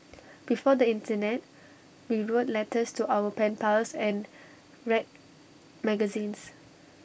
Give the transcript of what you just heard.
before the Internet we wrote letters to our pen pals and read magazines